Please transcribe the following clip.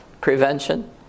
prevention